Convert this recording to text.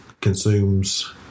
consumes